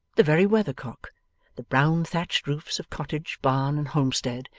the very weathercock the brown thatched roofs of cottage, barn, and homestead,